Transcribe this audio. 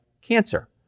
cancer